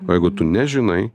o jeigu tu nežinai